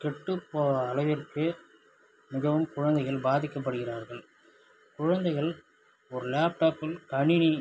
கெட்டுப் போகா அளவிற்கு மிகவும் குழந்தைகள் பாதிக்க படுகிறார்கள் குழந்தைகள் ஒரு லேப்டாப்பில் கணினி